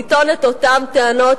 לטעון את אותן טענות,